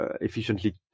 efficiently